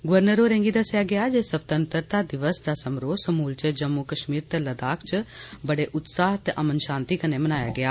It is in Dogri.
गवर्नर होरें गी दस्सेआ गेआ जे स्वतंत्रता दिवस दा समारोह समूलचे जम्मू कश्मीर ते लद्दाख च बड़े उत्साह ते अमन शांति कन्नै मनाया गेआ